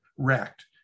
wrecked